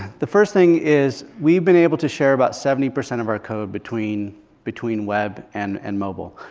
the first thing is we've been able to share about seventy percent of our code between between web and and mobile.